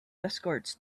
escorts